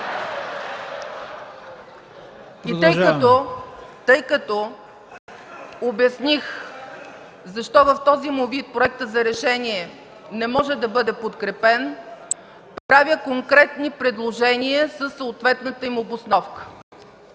Тъй като обясних защо в този му вид проектът за решение не може да бъде подкрепен, правя конкретни предложения със съответната им обосновка.